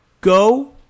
Go